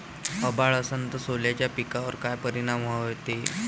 अभाळ असन तं सोल्याच्या पिकावर काय परिनाम व्हते?